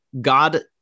God